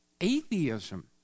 atheism